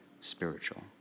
spiritual